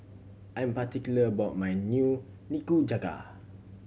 I'm particular about my Nikujaga